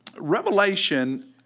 Revelation